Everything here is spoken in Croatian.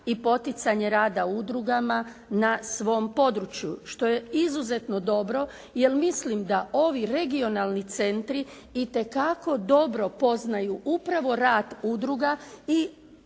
i poticanje rada udrugama na svom području što je izuzetno dobro jer mislim da ovi regionalni centri itekako dobro poznaju upravo rad udruga